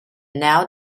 now